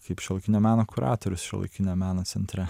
kaip šiuolaikinio meno kuratorius šiuolaikinio meno centre